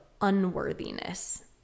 unworthiness